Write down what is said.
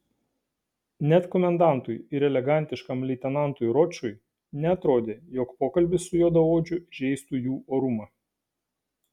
net komendantui ir elegantiškam leitenantui ročui neatrodė jog pokalbis su juodaodžiu žeistų jų orumą